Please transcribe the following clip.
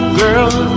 girl